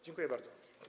Dziękuję bardzo.